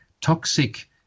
toxic